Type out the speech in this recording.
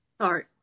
Sorry